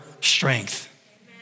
strength